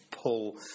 Pull